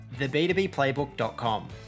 theb2bplaybook.com